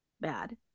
bad